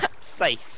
Safe